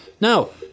no